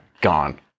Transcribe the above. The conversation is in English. Gone